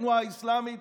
התנועה האסלאמית,